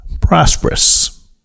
prosperous